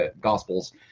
Gospels